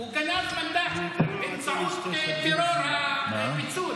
טרור מנדטים, הוא גנב מנדט באמצעות טרור הפיצול.